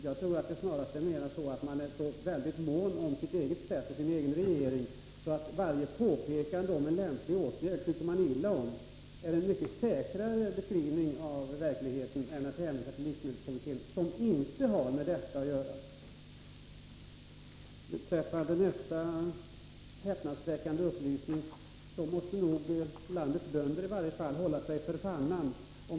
Jag tror att det snarare är så att man är så väldigt mån om sin egen regering att man tycker illa om varje påpekande om en lämplig åtgärd. Det är en mycket säkrare beskrivning av verkligheten än att hänvisa till livsmedelskommittén, som inte har med detta att göra. När det gäller nästa häpnadsväckande upplysning tar sig nog landets bönder för pannan.